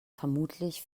vermutlich